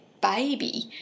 baby